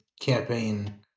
campaign